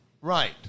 Right